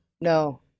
no